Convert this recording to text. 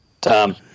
Tom